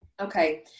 okay